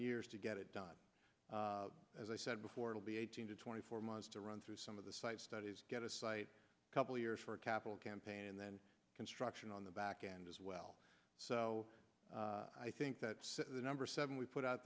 years to get it done as i said before it'll be eighteen to twenty four months to run through some of the site studies get a site couple of years for a capital campaign and then construction on the back end as well so i think that's the number seven we put out